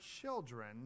children